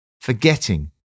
forgetting